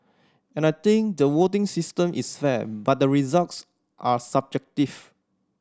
and I think the voting system is fair but the results are subjective